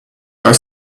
are